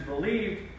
believed